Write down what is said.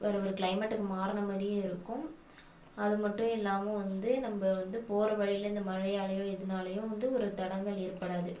வேறே ஒரு கிளைமேட்டுக்கு மாறின மாதிரியும் இருக்கும் அது மட்டும் இல்லாமல் வந்து நம்ம வந்து போகிற வழியில் இந்த மழையாலேயோ எதுனாலேயும் வந்து ஒரு தடங்கல் ஏற்படாது